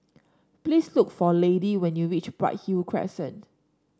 please look for Lady when you reach Bright Hill Crescent